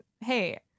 hey